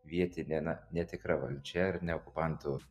vietinė na netikra valdžia ar ne okupantų